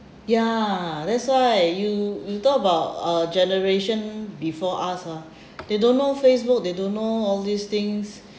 ya that's why you you talk about uh generation before us lah they don't know Facebook they don't know all these things